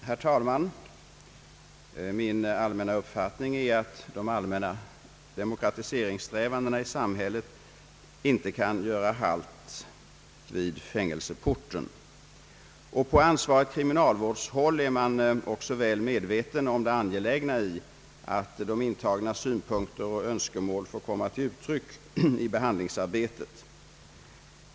Herr talman! Min uppfattning är att de allmänna demokratiseringssträvandena i samhället inte kan göra halt vid fängelseporten. På ansvarigt kriminalvårdshåll är man också väl medveten om det angelägna i att de intagnas synpunkter och önskemål får komma till uttryck i behandlingsarbetet.